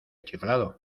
chiflado